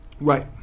Right